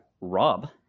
Rob